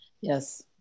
Yes